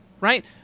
right